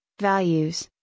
values